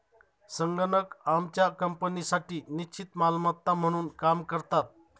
संगणक आमच्या कंपनीसाठी निश्चित मालमत्ता म्हणून काम करतात